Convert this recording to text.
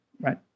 right